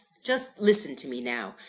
just listen to me, now.